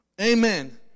amen